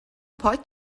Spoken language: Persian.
پاک